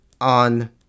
on